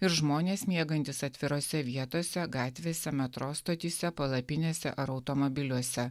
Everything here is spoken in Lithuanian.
ir žmonės miegantys atvirose vietose gatvėse metro stotyse palapinėse ar automobiliuose